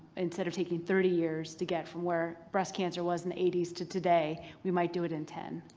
instead of taking thirty years to get from where breast cancer was in the eighty s to today. we might do it in ten.